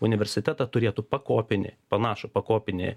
universitetą turėtų pakopinį panašų pakopinį